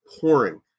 pouring